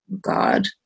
God